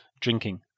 drinking